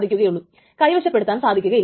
അപ്പോൾ x നെ വിജയകരമായി എഴുതി